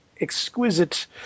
exquisite